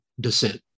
Descent